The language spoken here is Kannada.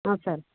ಹಾಂ ಸರ್